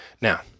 Now